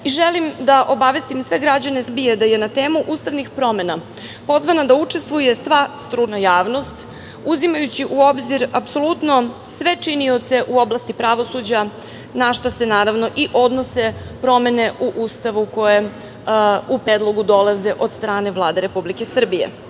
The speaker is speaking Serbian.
i želim da obavestim sve građane Srbije da je na temu ustavnih promena pozvana da učestvuje sva stručna javnost, uzimajući u obzir apsolutno sve činioce u oblasti pravosuđa, na šta se, naravno, i odnose promene u Ustavu koje u predlogu i dolaze od strane Vlade Republike Srbije. Odbor